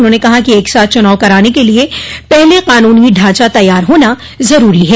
उन्होंने कहा कि एक साथ चुनाव कराने के लिए पहले कानूनी ढांचा तैयार होना जरूरी है